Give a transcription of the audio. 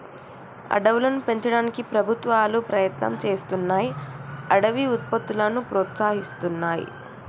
అడవులను పెంచడానికి ప్రభుత్వాలు ప్రయత్నం చేస్తున్నాయ్ అడవి ఉత్పత్తులను ప్రోత్సహిస్తున్నాయి